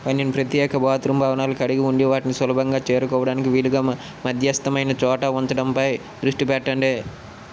పన్నెండు ప్రత్యేక బాత్రూమ్ భవనాలను కలిగి ఉండి వాటిని సులభంగా చేరుకోవడానికి వీలుగా మ మధ్యస్థమైన చోట ఉంచడంపై దృష్టి పెట్టండి